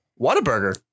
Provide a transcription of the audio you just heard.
Whataburger